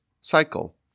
cycle